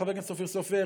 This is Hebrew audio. חבר הכנסת אופיר סופר,